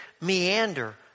meander